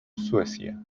suecia